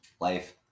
life